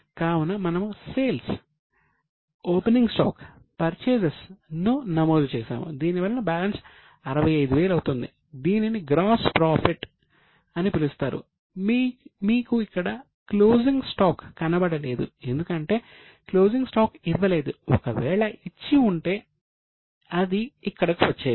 కావున మనము సేల్స్ ఇవ్వలేదు ఒకవేళ ఇచ్చి ఉంటే అది ఇక్కడకు వచ్చేది